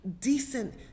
decent